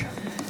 בבקשה.